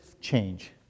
change